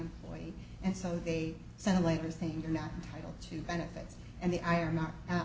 employed and so they sent a letter saying you're not entitle to benefits and the